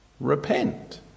repent